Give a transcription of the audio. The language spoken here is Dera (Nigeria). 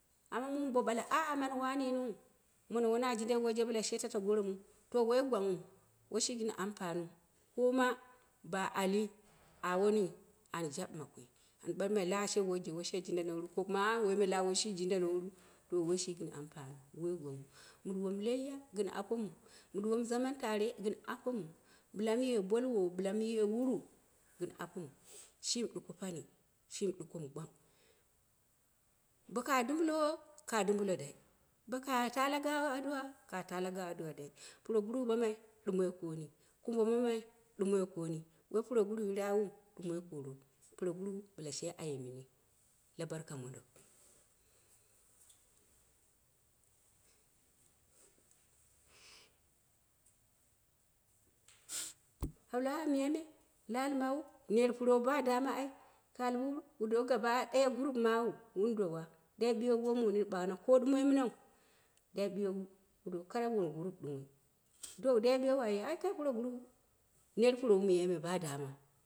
Amma mum bo ɓola, ah mono wona yiniu, mono wona jin dai woije baila shetatla gono muu to woi gwangnghi woi shi gɨn ampaniu, ko ma baali awoni an jabɨma koi an ɓalma lawa ashe woije woin shė jindanou ru? Ah kang woi shi jindanouni? To woi shi gɨn ampaniu woi gwangnghu mu duwomu laiya gɨn apomu mu ɗuwomu zaman tare, gɨn apomu, bɨla mu ye boluwo, mu ye wuru gɨn apomu, shim ɗuko pani shimi ɗuko mɨ gwang. Bo kaa dumbulo kad umbulo dai boka taa lagaawi addu'a kaa taa la gaawi adu'a dai. Puroguru mamai dumoi kooni, kumbo mamai ɗumoi kooni, woi puroguru raapaɗumoi kooro puroguro bɨla she ayer mini la barka mondo aɓali ah! Miyai me la'ali mawu ner puro ba dama ai, ka al wuru wa dowuu gaba ɗaya grom mawu wun dowa, dai biye koowu woi mu nini ɓagha na ko ɗumoi minau. dai ɓiyewu wu dowu karap wun group ɗumo, wu dowa dai ru ayya puropuro net purowu miyayme ba dama